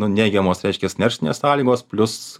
nu neigiamos reiškias nerštinės sąlygos plius